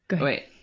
wait